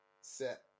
set